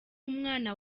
umwana